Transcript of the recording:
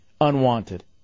unwanted